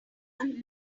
looked